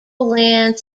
lowlands